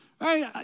right